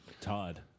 Todd